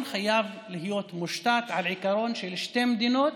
חייב להיות מושתת על עיקרון של שתי מדינות,